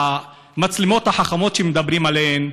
המצלמות החכמות שמדברים עליהן,